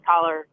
caller